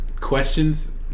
questions